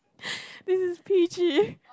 this is P_G